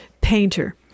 painter